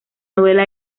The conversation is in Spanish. novela